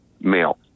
male